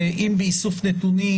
אם באיסוף נתונים,